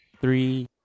three